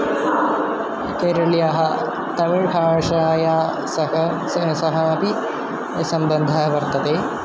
केरलियाः तमिळ् भाषाया सह स सः अपि सम्बन्धः वर्तते